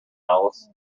alice